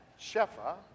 Shefa